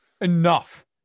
Enough